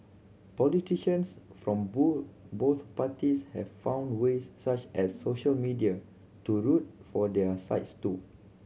politicians from both parties have found ways such as social media to root for their sides too